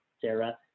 Sarah